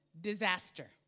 disaster